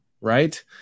Right